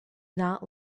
not